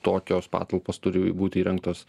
tokios patalpos turi būti įrengtos